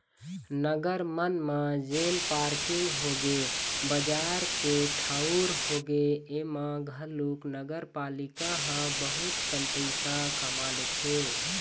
नगर मन म जेन पारकिंग होगे, बजार के ठऊर होगे, ऐमा घलोक नगरपालिका ह बहुत कन पइसा कमा लेथे